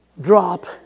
drop